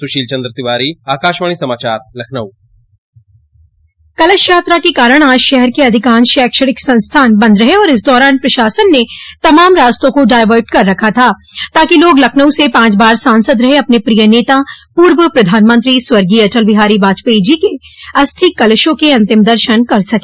सुशील चंद्र तिवारी कलश यात्रा के कारण आज शहर के अधिकांश शैक्षणिक संस्थान बंद रहे और इस दौरान प्रशासन ने तमाम रास्तों को डायवट कर रखा था ताकि लोग लखनऊ से पांच बार सांसद रहे अपने प्रिय नेता पूर्व प्रधानमंत्री स्वर्गीय अटल बिहारी वाजपेई जी के अस्थि कलशों के अन्तिम दर्शन कर सके